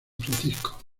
francisco